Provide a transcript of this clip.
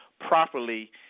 properly